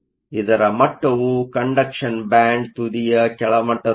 ಇದರ ಮಟ್ಟವು conduction band ತುದಿಯ ಕೆಳ ಮಟ್ಟದ್ದಾಗಿದೆ